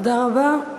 תודה רבה.